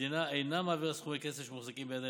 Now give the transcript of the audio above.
והמדינה אינה מעבירה סכומי כסף שמוחזקים בידיה